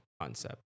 concept